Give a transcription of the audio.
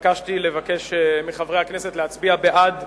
התבקשתי לבקש מחברי הכנסת להצביע בעד,